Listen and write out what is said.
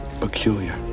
peculiar